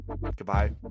Goodbye